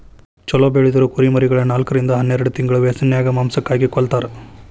ಚೊಲೋ ಬೆಳದಿರೊ ಕುರಿಮರಿಗಳನ್ನ ನಾಲ್ಕರಿಂದ ಹನ್ನೆರಡ್ ತಿಂಗಳ ವ್ಯಸನ್ಯಾಗ ಮಾಂಸಕ್ಕಾಗಿ ಕೊಲ್ಲತಾರ